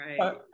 right